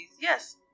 Yes